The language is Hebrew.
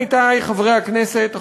עמיתי חברי הכנסת,